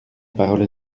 parole